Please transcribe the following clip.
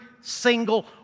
single